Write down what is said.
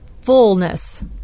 fullness